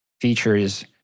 features